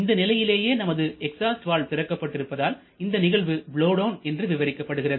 இந்தநிலையிலேயே நமது exhaust valve திறக்கப்பட்டு இருப்பதால் இந்த நிகழ்வு பலோவ் டவுன் என்று விவரிக்கப்படுகிறது